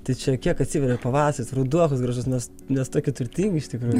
tai čia kiek atsiveria pavasaris ruduo koks gražus mes mes tokie turtingi iš tikrųjų